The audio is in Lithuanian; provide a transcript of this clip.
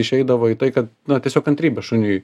išeidavo į tai kad na tiesiog kantrybė šuniui